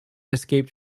escaped